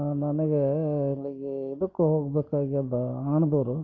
ನನಗೆ ಇಲ್ಲಿಗೆ ಇದಕ್ಕೆ ಹೋಗ್ಬೇಕಾಗ್ಯದ ಆಣ್ದೂರು